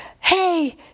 hey